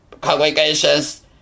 congregations